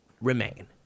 remain